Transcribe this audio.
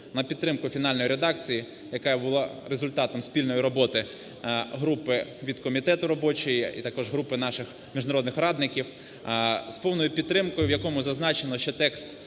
на підтримку фінальної редакції, яка була результатом спільної роботи групи від комітету робочої і також групи наших міжнародних радників з повною підтримкою, в якому зазначено, що текст,